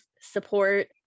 support